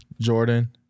Jordan